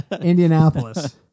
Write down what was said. Indianapolis